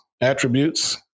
attributes